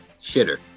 Shitter